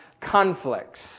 conflicts